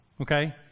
okay